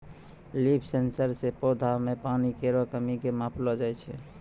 leaf sensor सें पौधा म पानी केरो कमी क मापलो जाय छै